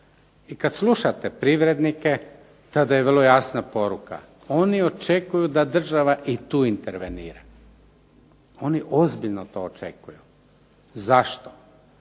I kada slušate privrednike, tada je vrlo jasna poruka. Oni očekuju da država i tu intervenira, oni ozbiljno to očekuju. Zašto?